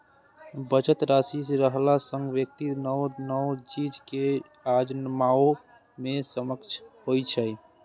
बचत राशि रहला सं व्यक्ति नव नव चीज कें आजमाबै मे सक्षम होइ छै